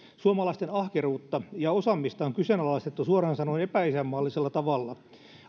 suomalaisten ahkeruutta ja osaamista on kyseenalaistettu suoraan sanoen epäisänmaallisella tavalla